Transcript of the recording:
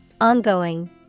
Ongoing